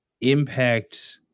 impact